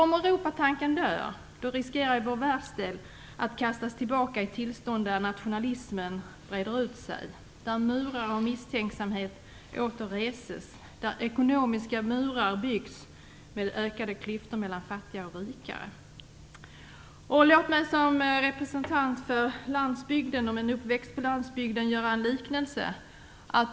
Om Europatanken dör, riskerar vår världsdel att kastas tillbaka i ett tillstånd där nationalismen breder ut sig, där murar av misstänksamhet åter reses, där ekonomiska murar byggs, med ökade klyftor mellan fattiga och rika. Låt mig som representant för landsbygden göra en liknelse.